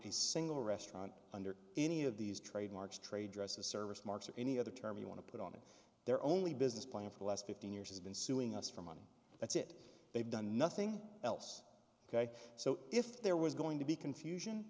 a single restaurant under any of these trademarks trade dress a service marks or any other term you want to put on it their only business plan for the last fifteen years has been suing us for money that's it they've done nothing else ok so if there was going to be confusion